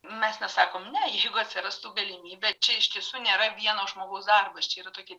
mes nesakom ne jeigu atsirastų galimybė čia iš tiesų nėra vieno žmogaus darbas čia yra tokie